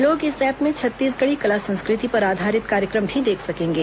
लोग इस एप्प में छत्तीसगढ़ी कला संस्कृति पर आधारित कार्यक्रम भी देख सकेंगे